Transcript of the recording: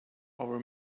our